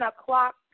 o'clock